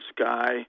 sky